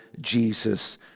Jesus